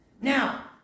Now